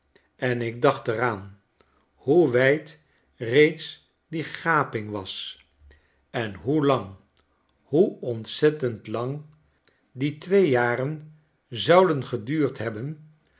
en ik dacht er aan hoe wijd reeds die gaping was en hoe lang hoe ontzettend lang die twee jaren zouden geduurd hebben